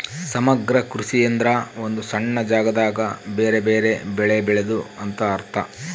ಸಮಗ್ರ ಕೃಷಿ ಎಂದ್ರ ಒಂದು ಸಣ್ಣ ಜಾಗದಾಗ ಬೆರೆ ಬೆರೆ ಬೆಳೆ ಬೆಳೆದು ಅಂತ ಅರ್ಥ